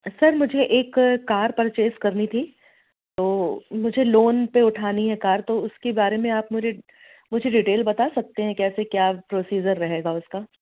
sir मुझे एक car purchase करनी थी तो मुझे लोन पर उठानी है कार तो उसके बारे में आप मुझे मुझे डिटेल बता सकते हैं कैसे क्या प्रोसिज़र रहेगा उसका